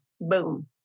Boom